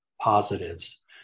positives